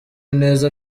neza